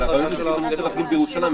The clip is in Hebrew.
אבל הבעיה שאני רוצה לצאת להפגין בירושלים,